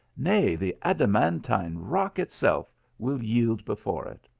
nay the adamantine rock itself will yield before it.